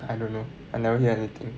I don't know I never hear anything